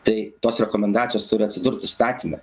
tai tos rekomendacijos turi atsidurt įstatyme